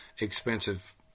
expensive